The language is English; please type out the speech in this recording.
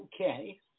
Okay